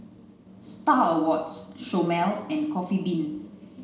Star Awards Chomel and Coffee Bean